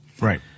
Right